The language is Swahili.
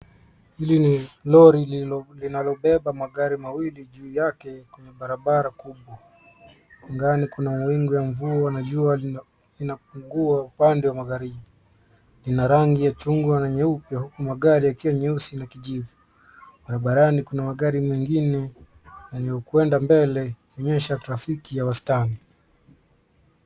Hili ni lori linalobeba magari mawili juu yake kwenye barabara kubwa. Angani kuna mawingu ya mvua na jua linapungua upande wa magharibi; lina rangi ya chungwa na nyeupe, huku magari yakiwa nyeusi na kijivu. Barabarani kuna magari mengine yaliyokwenda mbele ikionyesha trafiki ya wastani.